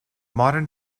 modern